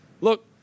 Look